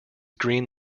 green